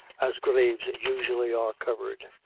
as graves usually are covered,